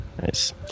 Nice